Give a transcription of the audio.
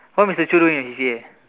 what Mr Choo doing as C_C_A